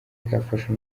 kafashe